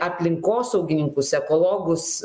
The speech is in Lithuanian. aplinkosaugininkus ekologus